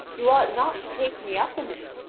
you ought not to take me up in it.